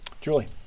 Julie